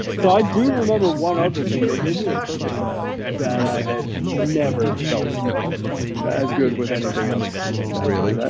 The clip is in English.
so i do remember one other thing. they gave me a percocet that i had never felt as good with anything else since that. really,